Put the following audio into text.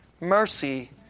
mercy